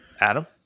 Adam